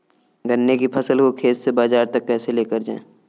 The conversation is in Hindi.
गन्ने की फसल को खेत से बाजार तक कैसे लेकर जाएँ?